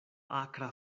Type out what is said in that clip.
akra